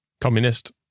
Communist